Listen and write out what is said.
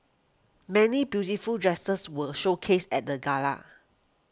many beautiful dresses were showcased at the gala